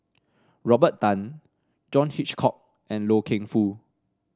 Robert Tan John Hitchcock and Loy Keng Foo